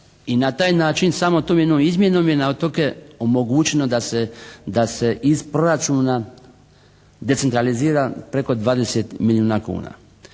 I na taj način samo tom jednom izmjenom je na otoke omogućeno da se iz proračuna decentralizira preko 20 milijuna kuna.